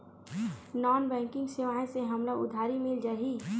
Non banking सेवाएं से हमला उधारी मिल जाहि?